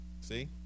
See